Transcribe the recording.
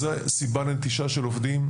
זו סיבה לנטישה של עובדים,